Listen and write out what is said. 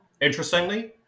Interestingly